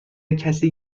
کسی